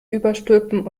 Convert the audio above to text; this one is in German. überstülpen